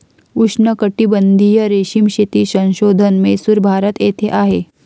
उष्णकटिबंधीय रेशीम शेती संशोधन म्हैसूर, भारत येथे आहे